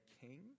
king